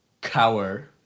cower